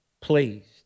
pleased